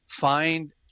find